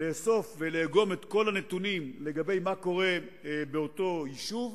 לאסוף ולאגום את כל הנתונים לגבי מה שקורה באותו יישוב,